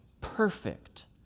perfect